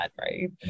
right